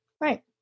Right